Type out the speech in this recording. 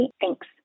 Thanks